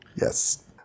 Yes